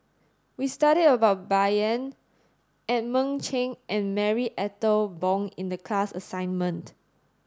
we studied about Bai Yan Edmund Cheng and Marie Ethel Bong in the class assignment